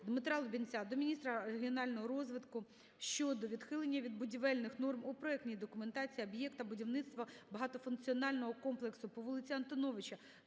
ДмитраЛубінця до міністра регіонального розвитку щодо відхилення від будівельних норм у проектній документації об'єкта "Будівництво багатофункціонального комплексу по вулиці Антоновича,